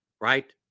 right